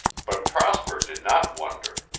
but prosper did not wonder.